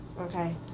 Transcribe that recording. okay